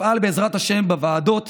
אפעל, בעזרת השם, בוועדות